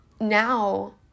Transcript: now